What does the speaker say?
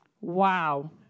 Wow